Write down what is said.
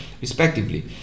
respectively